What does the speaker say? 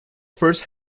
first